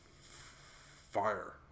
fire